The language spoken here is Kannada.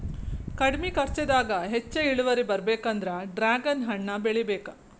ಕಡ್ಮಿ ಕರ್ಚದಾಗ ಹೆಚ್ಚ ಇಳುವರಿ ಬರ್ಬೇಕಂದ್ರ ಡ್ರ್ಯಾಗನ್ ಹಣ್ಣ ಬೆಳಿಬೇಕ